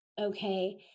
okay